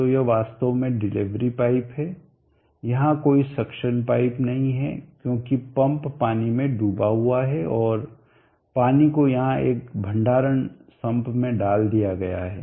तो यह वास्तव में डिलीवरी पाइप है यहाँ कोई सक्शन पाइप नहीं है क्योंकि पंप पानी में डूबा हुआ है और पानी को यहां एक भंडारण सम्प में डाल दिया गया है